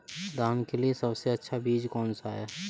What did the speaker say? धान के लिए सबसे अच्छा बीज कौन सा है?